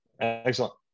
Excellent